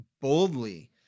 boldly